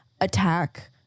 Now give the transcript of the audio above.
attack